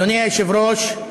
אדוני היושב-ראש,